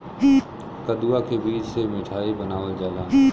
कदुआ के बीज से मिठाई बनावल जाला